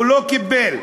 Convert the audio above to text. לא קיבל.